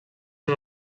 una